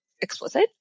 explicit